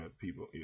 People